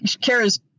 Kara's